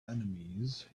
enemies